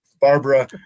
Barbara